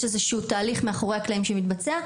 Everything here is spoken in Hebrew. יש איזה שהוא תהליך מאחורי הקלעים שמתבצע,